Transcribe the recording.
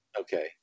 Okay